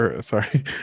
sorry